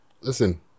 Listen